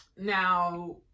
Now